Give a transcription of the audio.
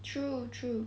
true true